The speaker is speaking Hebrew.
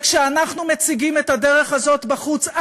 וכשאנחנו מציגים את הדרך הזאת בחוץ,